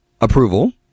approval